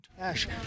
Ash